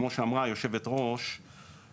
כמו שאמרה יושבת הראש של הוועדה,